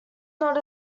not